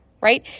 right